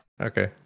Okay